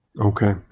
Okay